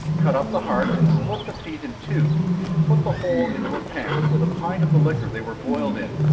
cut up the heart, and split the feet in two put the whole into a pan, with a pint of the liquor they were boiled in,